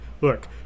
look